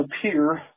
appear